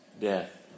death